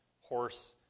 horse